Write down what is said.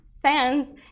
Fans